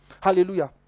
Hallelujah